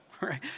right